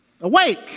Awake